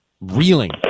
reeling